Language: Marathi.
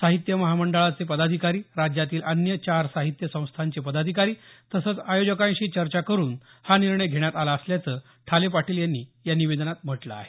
साहित्य महामंडळाचे पदाधिकारी राज्यातील अन्य चार साहित्य संस्थाचे पदाधिकारी तसंच आयोजकांशी चर्चा करुन हा निर्णय घेण्यात आला असल्याचं ठाले पाटील यांनी या निवेदनात म्हटलं आहे